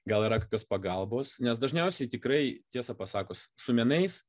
gal yra kokios pagalbos nes dažniausiai tikrai tiesą pasakius su menais